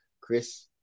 Chris